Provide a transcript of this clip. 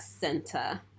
center